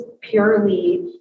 purely